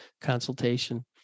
consultation